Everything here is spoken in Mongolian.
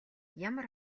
ямар